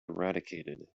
eradicated